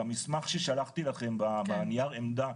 במסמך ששלחתי לכם בנייר עמדה,